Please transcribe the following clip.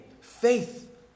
faith